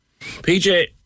PJ